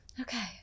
okay